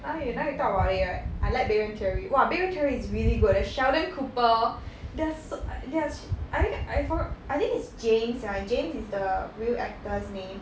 now you now you talk about it right I like big bang theory !wah! big bang theory is really good leh sheldon cooper they are so they are sh~ I think I forgot I think is james ah james is the real actor's name